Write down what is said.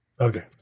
Okay